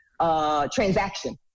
transaction